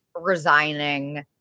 resigning